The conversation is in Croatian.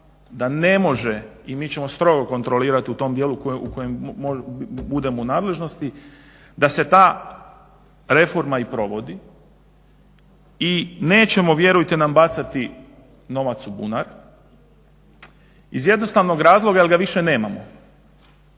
da ne može i mi ćemo strogo kontrolirati u tom dijelu u kojem budemo u nadležnosti da se ta reforma i provodi i nećemo vjerujte mi bacati novac u bunar iz jednostavnog razloga jer ga više nemamo.